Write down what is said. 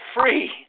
free